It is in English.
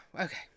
okay